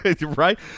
right